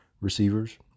receivers